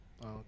Okay